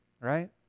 right